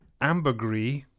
ambergris